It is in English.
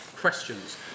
questions